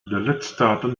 lidstaten